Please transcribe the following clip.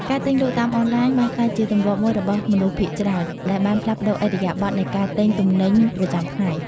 ការទិញលក់តាមអនឡាញបានក្លាយជាទម្លាប់មួយរបស់មនុស្សភាគច្រើន ដែលបានផ្លាស់ប្តូរឥរិយាបថនៃការទិញទំនិញប្រចាំថ្ងៃ។